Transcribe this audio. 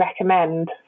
recommend